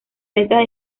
letras